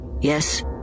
Yes